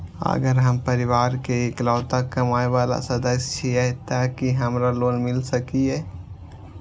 अगर हम परिवार के इकलौता कमाय वाला सदस्य छियै त की हमरा लोन मिल सकीए?